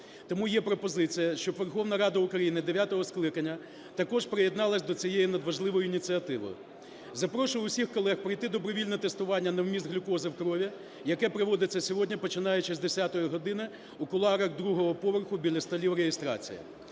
Тому є пропозиція, щоб Верховна Рада України дев'ятого скликання також приєдналась до цієї надважливої ініціативи. Запрошую усіх колег пройти добровільне тестування на вміст глюкози в крові, яке проводиться сьогодні, починаючи з 10 години, у кулуарах другого поверху біля столів реєстрації.